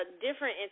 different